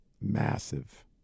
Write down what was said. massive